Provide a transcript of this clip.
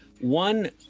One